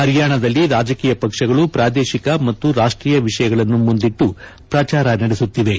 ಪರ್ಯಾಣದಲ್ಲಿ ರಾಜಕೀಯ ಪಕ್ಷಗಳು ಪ್ರಾದೇಶಿಕ ಮತ್ತು ರಾಷ್ಟೀಯ ವಿಷಯಗಳನ್ನು ಮುಂದಿಟ್ಟು ಪ್ರಚಾರ ನಡೆಸುತ್ತಿವೆ